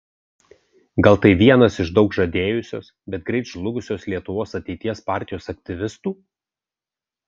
gal tai vienas iš daug žadėjusios bet greit žlugusios lietuvos ateities partijos aktyvistų